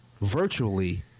virtually